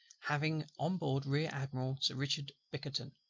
having on board rear-admiral sir richard bickerton,